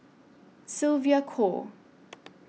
Sylvia Kho